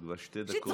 את כבר שתי דקות,